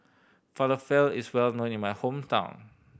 falafel is well known in my hometown